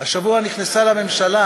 השבוע נכנסה לממשלה